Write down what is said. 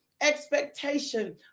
expectation